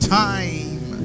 time